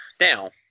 Now